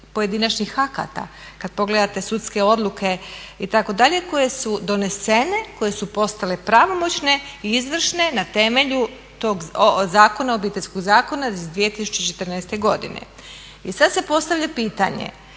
pojedinačnih akata, kad pogledate sudske odluke itd. koje su donesene, koje su postale pravomoćne, izvršne na temelju tog zakona, Obiteljskog zakona iz 2014. godine. I sad se postavlja pitanje